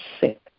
sick